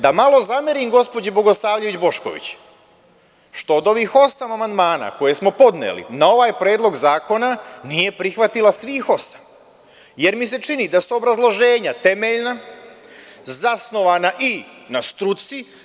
Da malo zamerim gospođi Bogosavljević Bošković što od ovih osam amandmana, koje smo podneli na ovaj predlog zakona, nije prihvatila svih osam, jer mi se čini da su obrazloženja temeljna i zasnovana i na struci.